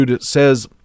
says